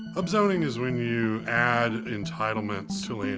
upzoning is when you add entitlements to land.